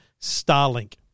Starlink